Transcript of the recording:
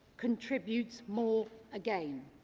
contributes more again.